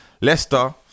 Leicester